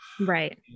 Right